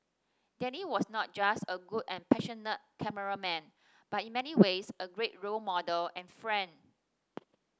Danny was not just a good and passionate cameraman but in many ways a great role model and friend